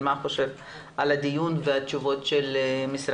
מה שהוא חושב על הדיון ועל התשובות של המשרד.